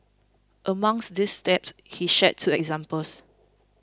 amongst these steps he shared two examples